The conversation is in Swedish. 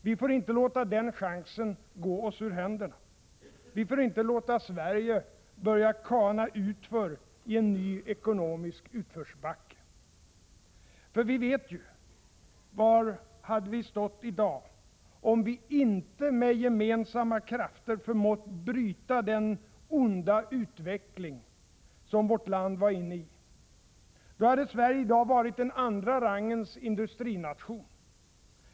Vi får inte låta den chansen gå oss ur händerna. Vi får inte låta Sverige börja kana utför i en ny ekonomisk utförsbacke. För vi vet ju var vi i dag hade stått, om vi inte med gemensamma krafter förmått bryta den onda utveckling som vårt land var inne i. Då hade Sverige i dag varit en andra rangens industrination.